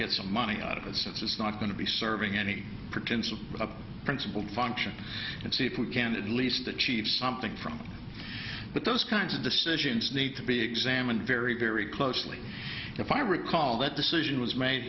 get some money out of it since it's not going to be serving any pretense of a principled function and see if we can at least achieve something from them but those kinds of decisions need to be examined very very closely if i recall that decision was made